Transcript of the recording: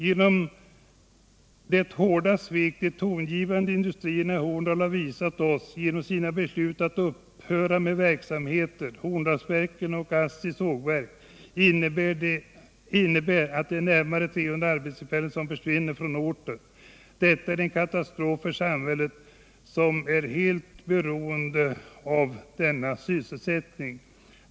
Genom det hårda svek de tongivande industrierna i Horndal har visat oss genom sina beslut att upphöra med verksamheterna: Horndalsverken och ASSI:s sågverk, innebär det att närmare 300 arbetstillfällen försvinner från orten. Detta är en katastrof för samhället, som är helt beroende av denna sysselsättning.